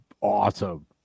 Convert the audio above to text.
awesome